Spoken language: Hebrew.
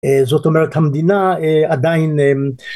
זאת אומרת המדינה עדיין